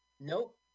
Nope